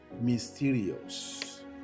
mysterious